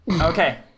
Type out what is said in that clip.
Okay